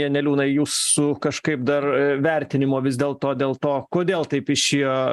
janeliūnai jūsų kažkaip dar vertinimo vis dėl to dėl to kodėl taip išėjo